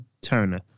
Turner